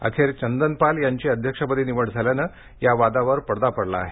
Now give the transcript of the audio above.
अखेर चंदन पाल यांची अध्यक्षपदी निवड झाल्याने या वादावर पडदा पडला आहे